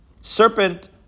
serpent